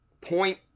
Point